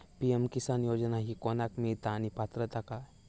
PM Kisan योजना ही कोणाक मिळता आणि पात्रता काय?